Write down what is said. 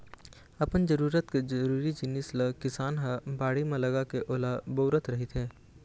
अपन जरूरत के जरुरी जिनिस ल किसान ह बाड़ी म लगाके ओला बउरत रहिथे